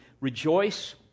rejoice